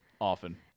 often